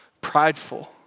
prideful